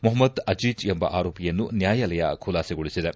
ಮೊಹ್ನದ್ ಅಜೀಜ್ ಎಂಬ ಆರೋಪಿಯನ್ನು ನ್ಯಾಯಾಲಯ ಖುಲಾಸೆಗೊಳಿಸಿದೆ